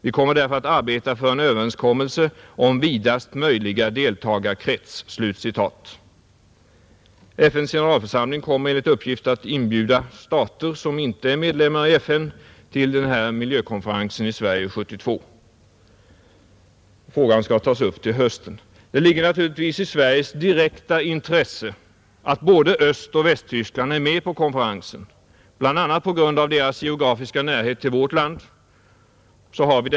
Vi kommer därför att arbeta för en överenskommelse om vidast möjliga deltagarkrets.” FN:s generalförsamling kommer enligt uppgift att inbjuda stater, som inte är medlemmar i FN, till denna miljökonferens i Sverige 1972. Frågan skall tas upp till hösten. Det ligger naturligtvis i Sveriges direkta intresse att både Östoch Västtyskland är med på konferensen, bl.a. på grund av deras geografiska närhet till vårt land.